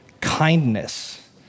kindness